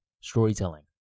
storytelling